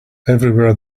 everywhere